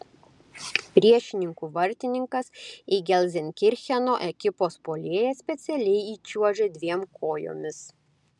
priešininkų vartininkas į gelzenkircheno ekipos puolėją specialiai įčiuožė dviem kojomis